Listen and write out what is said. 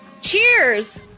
cheers